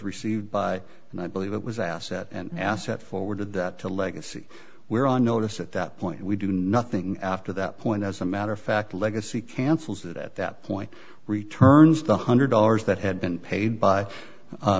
received by and i believe it was asset and asset forwarded that to legacy we're on notice at that point we do nothing after that point as a matter of fact legacy cancels that at that point returns the hundred dollars that had been paid by